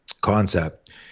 concept